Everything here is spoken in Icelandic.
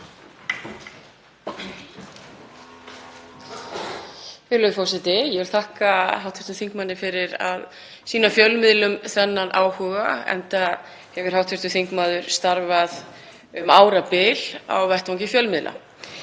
forseti. Ég vil þakka hv. þingmanni fyrir að sýna fjölmiðlum þennan áhuga enda hefur hv. þingmaður starfað um árabil á vettvangi fjölmiðla.